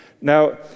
Now